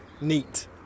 neat